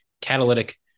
catalytic